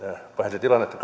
pahensi tilannetta